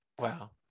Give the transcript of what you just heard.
Wow